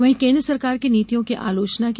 वहीं केन्द्र सरकार की नीतियों की आलोचना की